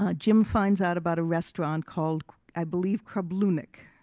ah jim finds out about a restaurant called i believe krabloonik,